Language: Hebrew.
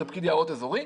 זה פקיד יערות אזורי.